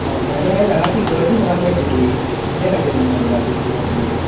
हय आनी आयज हांगा ती गर्दी म्हाका चड दिसली किद्या खातीर म्हुणू सालिगांव ती इतली गर्दी आयज